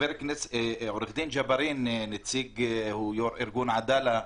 עורך-הדין ג'בארין, נציג ארגון עדאללה,